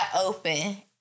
open